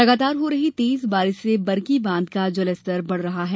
लगातार हो रही तेज बारिश से बरगी बांध का जलस्तर बड़ रहा है